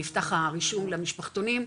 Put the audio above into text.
נפתח הרישום למשפחתונים,